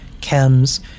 chems